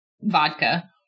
vodka